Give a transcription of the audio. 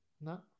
no